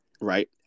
right